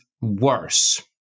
worse